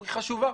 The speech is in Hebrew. היא חשובה,